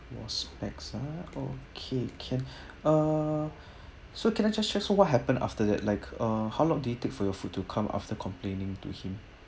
wear specs~ ah okay can uh so can I just check so what happened after that like uh how long did you take for your food to come after complaining to him